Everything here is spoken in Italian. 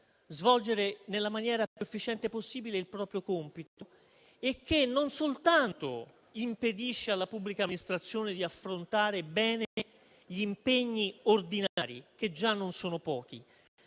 compito nella maniera più efficiente possibile. Ciò, inoltre, non soltanto impedisce alla pubblica amministrazione di affrontare bene gli impegni ordinari - già non sono pochi